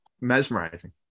mesmerizing